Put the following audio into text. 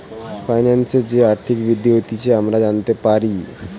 ফাইন্যান্সের যে আর্থিক বৃদ্ধি হতিছে আমরা জানতে পারি